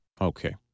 Okay